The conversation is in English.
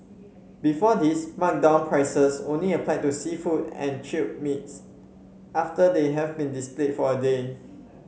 before this marked down prices only applied to seafood and chilled meats after they have been displayed for a day